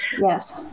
Yes